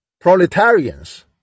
proletarians